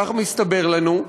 כך מסתבר לנו,